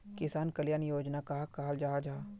किसान कल्याण योजना कहाक कहाल जाहा जाहा?